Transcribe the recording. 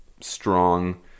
strong